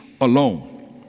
alone